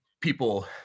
people